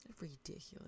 Ridiculous